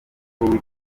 umukuru